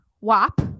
WAP